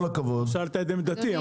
קודם כול שאלת את עמדתי,